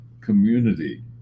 community